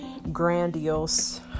Grandiose